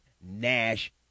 Nash